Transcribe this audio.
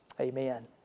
Amen